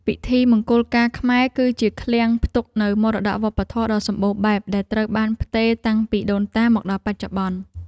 ពិធីមង្គលការខ្មែរ គឺជាឃ្លាំងផ្ទុកនូវមរតកវប្បធម៌ដ៏សម្បូរបែបដែលត្រូវបានផ្ទេរតាំងពីដូនតាមកដល់បច្ចុប្បន្ន។